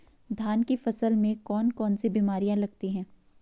धान की फसल में कौन कौन सी बीमारियां लगती हैं?